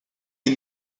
est